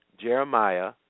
Jeremiah